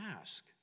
ask